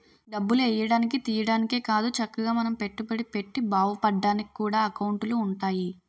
డబ్బులు ఎయ్యడానికి, తియ్యడానికే కాదు చక్కగా మనం పెట్టుబడి పెట్టి బావుపడ్డానికి కూడా ఎకౌంటులు ఉంటాయి